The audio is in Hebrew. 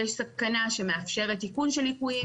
יש סכנה שמאפשרת תיקון של ליקויים,